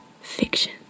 fiction